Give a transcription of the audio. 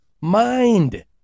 mind